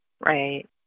Right